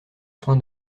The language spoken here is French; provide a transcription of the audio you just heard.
soin